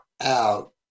out